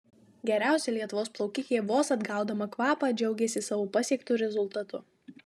geriausia lietuvos plaukikė vos atgaudama kvapą džiaugėsi savo pasiektu rezultatu